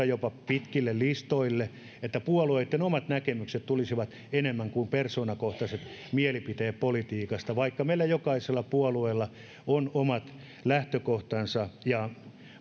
jopa pitkille listoille ja puolueitten omat näkemykset tulisivat enemmän esille kuin persoonakohtaiset mielipiteet politiikasta vaikka meillä jokaisella puolueella on omat lähtökohtansa ja